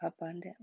abundant